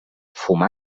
fumar